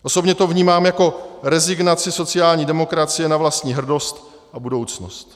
Osobně to vnímám jako rezignaci sociální demokracie na vlastní hrdost a budoucnost.